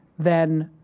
then